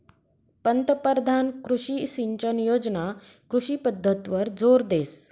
पंतपरधान कृषी सिंचन योजना कृषी पद्धतवर जोर देस